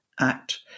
Act